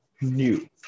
New